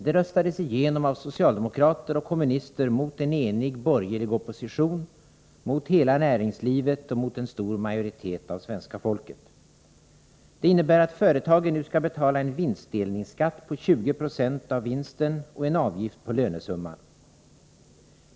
De röstades igenom av socialdemokrater och kommunister mot en enig borgerlig opposition, mot hela näringslivet och mot en stor majoritet av svenska folket. Det innebär att företagen nu skall betala en vinstdelningsskatt på 20 26 av vinsten och en avgift på lönesumman.